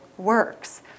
works